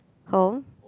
home